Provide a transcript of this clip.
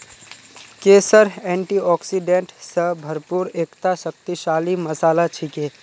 केसर एंटीऑक्सीडेंट स भरपूर एकता शक्तिशाली मसाला छिके